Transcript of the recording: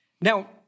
Now –